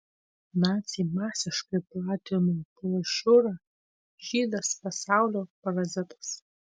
naciai masiškai platino brošiūrą žydas pasaulio parazitas